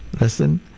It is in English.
Listen